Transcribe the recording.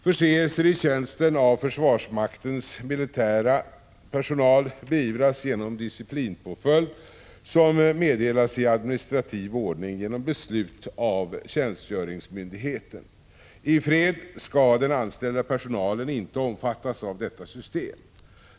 Förseelser i tjänsten av försvarsmaktens militära personal beivras genom disciplinpåföljd som meddelas i administrativ ordning genom beslut av tjänstgöringsmyndigheten. I fred skall den anställda personalen inte omfattas av detta system.